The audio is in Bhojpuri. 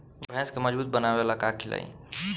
भैंस के मजबूत बनावे ला का खिलाई?